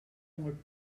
molt